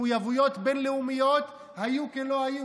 מחויבויות בין-לאומיות היו כלא היו.